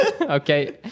Okay